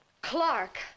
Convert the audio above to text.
Clark